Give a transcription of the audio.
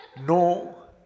no